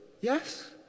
Yes